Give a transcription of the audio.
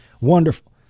wonderful